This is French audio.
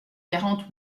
quarante